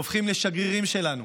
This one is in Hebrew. הופכים לשגרירים שלנו.